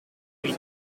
huit